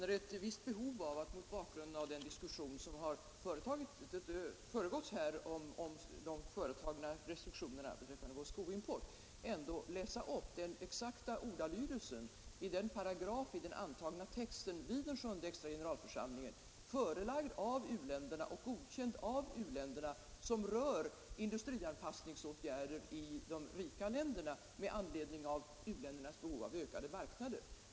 Herr talman! Mot bakgrund av den diskussion som här har pågått om de företagna restriktionerna beträffande vår skoimport känner jag ett visst behov av att läsa upp den exakta ordalydelsen i den paragraf i den vid sjunde extra generalförsamlingen antagna texten, förelagd av u-länderna och godkänd av u-länderna, som rör industrianpassningsåtgärder i de rika länderna med anledning av u-ländernas behov av ökade marknader.